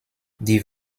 die